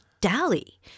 dally